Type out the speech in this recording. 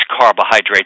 carbohydrates